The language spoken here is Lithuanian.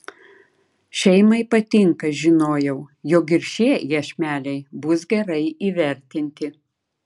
šeimai patinka žinojau jog ir šie iešmeliai bus gerai įvertinti